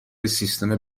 سیستم